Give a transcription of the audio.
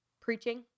preaching